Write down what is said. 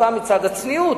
סתם מצד הצניעות,